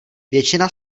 většina